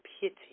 pity